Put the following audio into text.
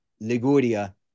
Liguria